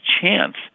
chance